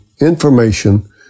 information